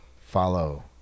follow